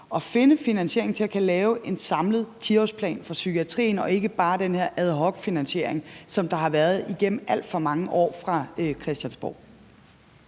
at finde finansiering til at kunne lave en samlet 10-årsplan for psykiatrien og ikke bare den her ad hoc-finansiering, som der har været igennem alt for mange år fra Christiansborgs